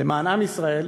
"למען עם ישראל",